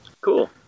Cool